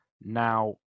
Now